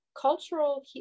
cultural